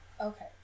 okay